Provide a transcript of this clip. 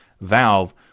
Valve